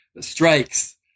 strikes